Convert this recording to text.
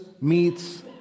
meets